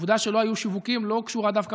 העובדה שלא היו שיווקים לא קשורה דווקא